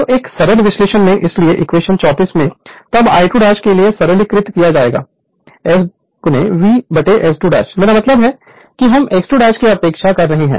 तो एक सरल विश्लेषण में इसलिए इक्वेशन 34 में तब I2 के लिए सरलीकृत किया जाएगा S vr2 मेरा मतलब है कि हम x2 की उपेक्षा कर रहे हैं